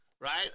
right